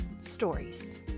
stories